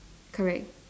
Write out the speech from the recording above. correct